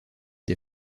des